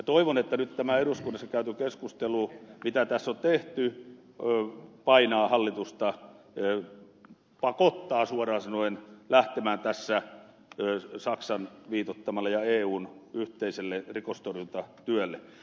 toivon että nyt tämä eduskunnassa käyty keskustelu mitä tässä on käyty painaa hallitusta pakottaa suoraan sanoen lähtemään tässä saksan viitoittamalle ja eun yhteiselle rikostorjuntatyölle